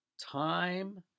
time